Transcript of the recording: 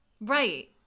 Right